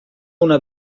una